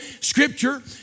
scripture